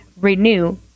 renew